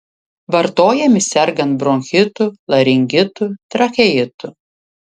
vartojami sergant bronchitu laringitu tracheitu